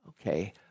Okay